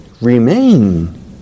remain